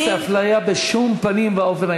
אני לא אעשה אפליה בשום פנים ואופן.